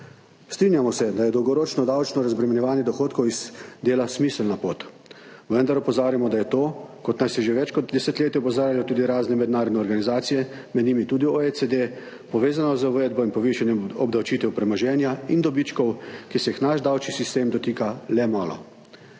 Strinjamo se, da je dolgoročno davčno razbremenjevanje dohodkov iz dela smiselna pot, vendar opozarjamo, da je to, kot nas že več kot desetletje opozarjajo tudi razne mednarodne organizacije, med njimi tudi OECD, povezano z uvedbo in povišanjem obdavčitev premoženja in dobičkov, ki se jih naš davčni sistem dotika le malo.